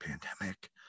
pandemic